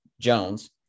Jones